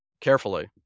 Carefully